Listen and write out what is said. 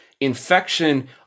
infection